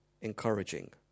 encouraging